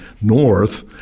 north